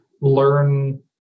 learn